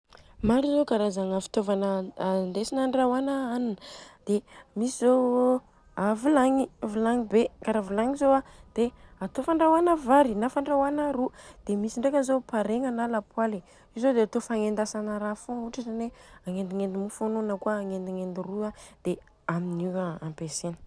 Maro zô karazagna fitaovana andrahoana hanina. Misy zô vilagny, vilagny be kara vilagny zô ade atô fandrahôana vary na fandrahôana ro. Dia misy ndreka zô paregna na lapoaly, io zô dia atô fagnendasana raha fogna. Ohatra zany hoe angendignendy mofo anô na kôa angendignendy ro dia amin'io ampiasaina.